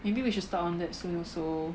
maybe we should start on that soon also